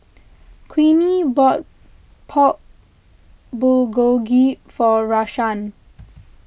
Queenie bought Pork Bulgogi for Rashaan